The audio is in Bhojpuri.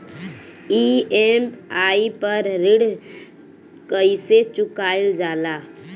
ई.एम.आई पर ऋण कईसे चुकाईल जाला?